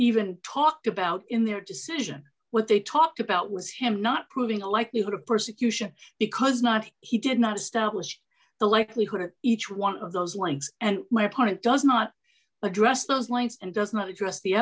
even talked about in their decision what they talked about was him not proving a likelihood of persecution because not he did not start with the likelihood of each one of those ranks and my opponent does not address those lengths and does not address the